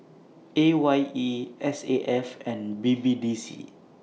A Y E S A F and B B D C